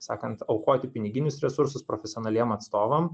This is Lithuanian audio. sakant aukoti piniginius resursus profesionaliem atstovam